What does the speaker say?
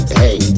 hey